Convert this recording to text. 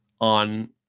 on